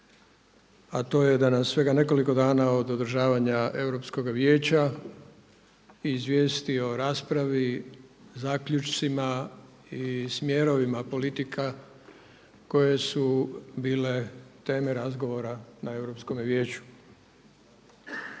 a to je da nas svega nekoliko dana od održavanja Europskog vijeća izvijesti o raspravi, zaključcima i smjerovima politika koje su bile teme razgovora na Europskome vijeću.